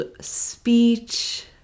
speech